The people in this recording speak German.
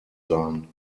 sein